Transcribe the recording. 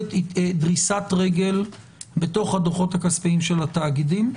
מיכולת דריסת הרגל בתוך הדוחות הכספיים של התאגידים.